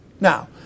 Now